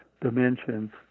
dimensions